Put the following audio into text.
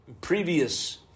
previous